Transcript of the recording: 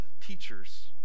teachers